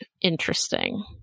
interesting